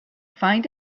find